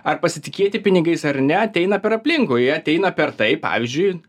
ar pasitikėti pinigais ar ne ateina per aplinkui jie ateina per tai pavyzdžiui